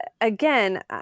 again